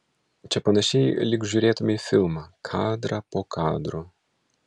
čia panašiai lyg žiūrėtumei filmą kadrą po kadro